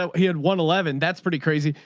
a, he had one eleven. that's pretty crazy.